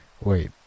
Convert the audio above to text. Wait